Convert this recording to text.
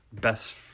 best